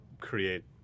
create